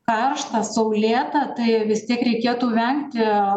karšta saulėta tai vis tiek reikėtų vengti